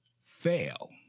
fail